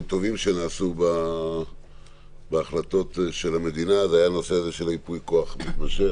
הטובים שנעשו בהחלטות של המדינה זה היה הנושא הזה של ייפוי כוח מתמשך